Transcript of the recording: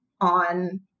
on